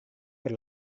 per